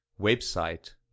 Website